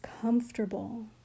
comfortable